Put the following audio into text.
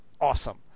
awesome